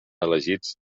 elegits